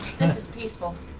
peaceful.